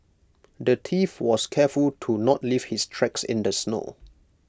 the thief was careful to not leave his tracks in the snow